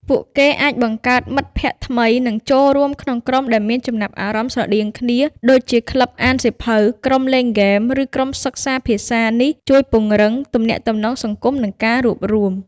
ពួកគេអាច បង្កើតមិត្តថ្មី និងចូលរួមក្នុង ក្រុមដែលមានចំណាប់អារម្មណ៍ស្រដៀងគ្នា ដូចជា ក្លឹបអានសៀវភៅ ក្រុមលេងហ្គេម ឬក្រុមសិក្សាភាសា នេះជួយពង្រឹងទំនាក់ទំនងសង្គម និងការរួបរួម។